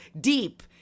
deep